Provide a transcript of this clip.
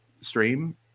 stream